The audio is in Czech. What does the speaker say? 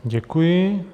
Děkuji.